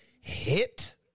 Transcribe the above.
hit